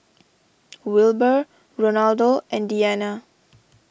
Wilbur Ronaldo and Deana